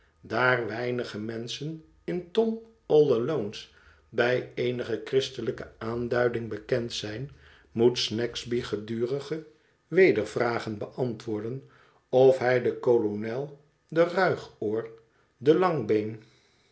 daar weinige menschen in tom all alones bij eenige christelijke aanduiding bekend zijn moet snagsby gedurige wedervragen beantwoorden of hij den kolonel den ruigoor den